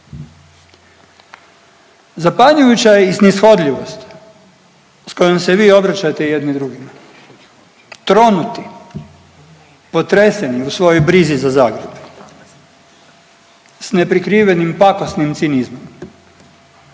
Zapanjujuća je i snishodljivost sa kojom se vi obraćate jedni drugima, tronuti, potreseni u svojoj brizi za Zagreb sa neprikrivenim pakosnim cinizmom,